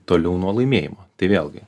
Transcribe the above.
toliau nuo laimėjimo tai vėlgi